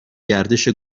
گردش